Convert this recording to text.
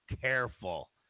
careful